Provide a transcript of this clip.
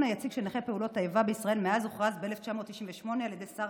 היציג של נכי פעולות האיבה בישראל מאז הוכרז ב-1998 על ידי שר